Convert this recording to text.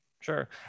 sure